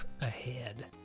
ahead